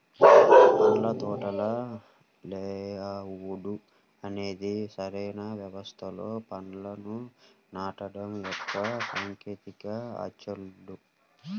పండ్ల తోటల లేఅవుట్ అనేది సరైన వ్యవస్థలో పంటలను నాటడం యొక్క సాంకేతికత ఆర్చర్డ్